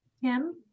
Kim